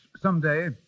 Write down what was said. someday